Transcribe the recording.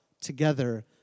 together